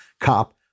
Cop